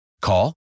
Call